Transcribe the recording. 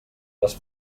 les